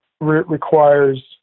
requires